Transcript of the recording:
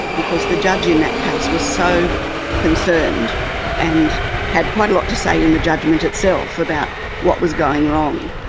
because the judge in that case was so concerned and had quite a lot to say in the judgement itself about what was going wrong.